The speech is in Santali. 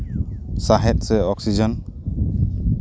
ᱥᱟᱶᱦᱮᱫ ᱥᱮ ᱚᱠᱥᱤᱡᱮᱱ